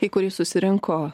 į kurį susirinko